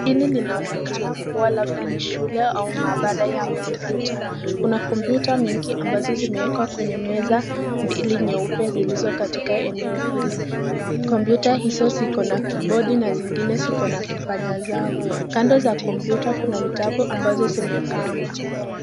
Hili linaonekana kuwa labda ni shule au maabara ya kompyuta. Kuna kompyuta mingi ambazo zimeekwa kwenye meza mbili nyeupe zilizo katika eneo hili. Kompyuta hizo zikona kibodi na zingine zikona kipanya zao. Kando za kompyuta kuna vitabu ambazo zimepangwa.